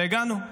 והגענו.